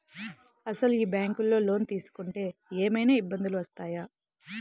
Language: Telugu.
అసలు ఈ బ్యాంక్లో లోన్ తీసుకుంటే ఏమయినా ఇబ్బందులు వస్తాయా?